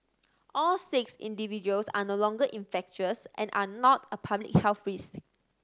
all six individuals are no longer infectious and are not a public health risk